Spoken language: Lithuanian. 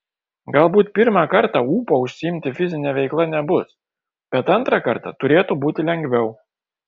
galbūt pirmą kartą ūpo užsiimti fizine veikla nebus bet antrą kartą turėtų būti lengviau